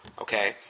Okay